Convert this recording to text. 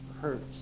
hurts